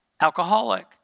alcoholic